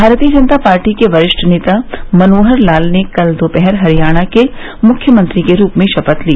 भारतीय जनता पार्टी के वरिष्ठ नेता मनोहरलाल ने कल दोपहर हरियाणा के मुख्यमंत्री के रूप में शपथ ली